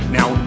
Now